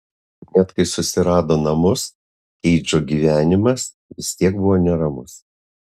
net kai susirado namus keidžo gyvenimas vis tiek buvo neramus